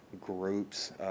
groups